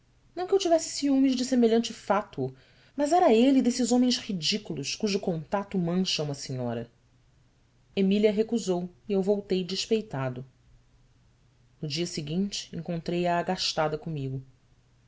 não que eu tivesse ciúmes de semelhante fátuo mas era ele desses homens ridículos cujo contato mancha uma senhora emília recusou e eu voltei despeitado no dia seguinte encontrei-a agastada comigo